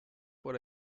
what